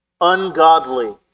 ungodly